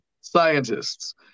scientists